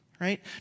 right